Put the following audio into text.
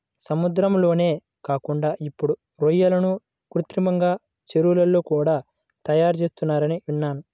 సముద్రాల్లోనే కాకుండా ఇప్పుడు రొయ్యలను కృత్రిమంగా చెరువుల్లో కూడా తయారుచేత్తన్నారని విన్నాను